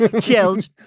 Chilled